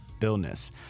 illness